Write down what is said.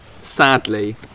sadly